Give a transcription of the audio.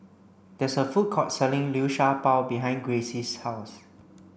there is a food court selling Liu Sha Bao behind Gracie's house